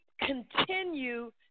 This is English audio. continue